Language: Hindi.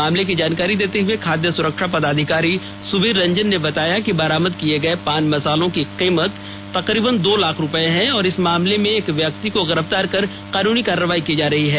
मामले की जानकारी देते हुए खाद्य सुरक्षा पदाधिकारी सुबीर रंजन ने बताया कि बरामद किए गए पान मसाला की कीमत तकरीबन दो लाख रुपए है और इस मामले में एक व्यक्ति को गिरफ्तार कर कानूनी कार्रवाई की जा रही है